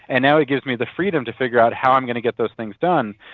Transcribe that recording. and now it gives me the freedom to figure out how i'm going to get those things done.